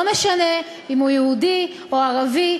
לא משנה אם הוא יהודי או ערבי,